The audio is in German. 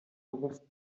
beruf